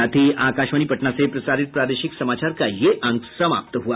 इसके साथ ही आकाशवाणी पटना से प्रसारित प्रादेशिक समाचार का ये अंक समाप्त हुआ